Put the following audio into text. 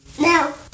No